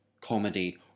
comedy